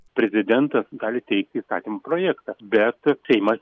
prezidentas gali teikti įstatymų projektą bet seimas